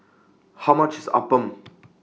How much IS Appam